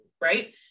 right